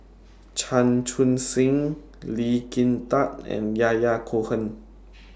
Chan Chun Sing Lee Kin Tat and Yahya Cohen